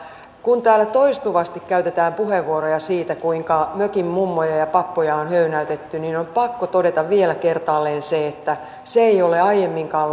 kun täällä toistuvasti käytetään puheenvuoroja siitä kuinka mökin mummoja ja pappoja on höynäytetty niin on pakko todeta vielä kertaalleen se että se ei ole aiemminkaan